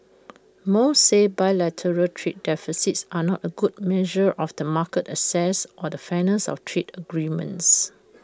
most say bilateral trade deficits are not A good measure of the market access or the fairness of trade agreements